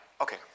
okay